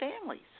families